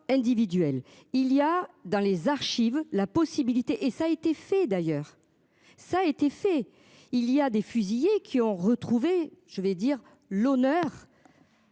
individuelle, il y a dans les archives, la possibilité, et ça a été fait d'ailleurs ça a été fait il y a des fusillés, qui ont retrouvé je vais dire l'honneur.